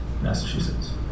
Massachusetts